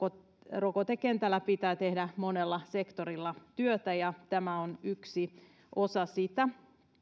rokotekentällä pitää tehdä monella sektorilla työtä ja tämä on yksi osa sitä